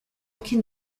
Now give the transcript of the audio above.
can